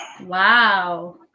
Wow